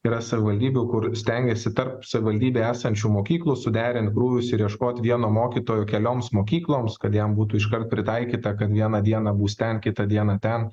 yra savivaldybių kur stengiasi tarp savivaldybėje esančių mokyklų suderint krūvius ir ieškoti vieno mokytojo kelioms mokykloms kad jam būtų iškart pritaikyta kad vieną dieną bus ten kitą dieną ten